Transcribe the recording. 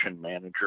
manager